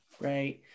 right